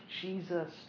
Jesus